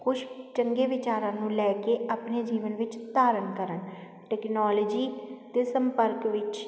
ਕੁਛ ਚੰਗੇ ਵਿਚਾਰਾਂ ਨੂੰ ਲੈ ਕੇ ਆਪਣੇ ਜੀਵਨ ਵਿੱਚ ਧਾਰਨ ਕਰਨ ਟੈਕਨੋਲੋਜੀ 'ਤੇ ਸੰਪਰਕ ਵਿੱਚ